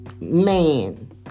Man